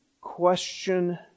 question